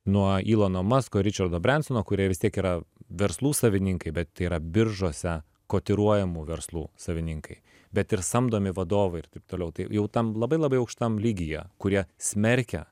nuo ilono masko ričardo brensono kurie vis tiek yra verslų savininkai bet tai yra biržose kotiruojamų verslų savininkai bet ir samdomi vadovai ir taip toliau tai jau tam labai labai aukštam lygyje kurie smerkia